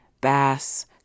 bass